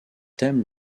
thème